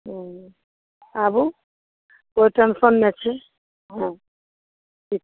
हूँ आबू ओहिठाम छी हँ ठीक